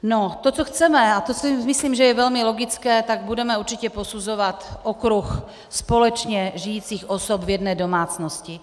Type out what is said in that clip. To, co chceme a co myslím, že je velmi logické, tak budeme určitě posuzovat okruh společně žijících osob v jedné domácnosti.